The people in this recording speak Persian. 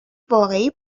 واقعی